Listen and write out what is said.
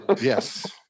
Yes